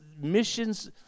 missions